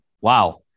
Wow